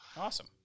Awesome